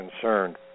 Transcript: concerned